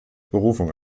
berufung